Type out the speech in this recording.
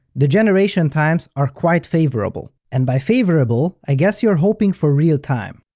the generation times are quite favorable. and by favorable, i guess you're hoping for real time.